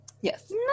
Yes